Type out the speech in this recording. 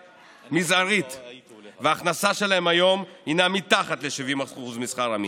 מזערית וההכנסה שלהם היום הינה מתחת ל-70% משכר המינימום.